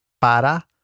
para